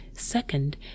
Second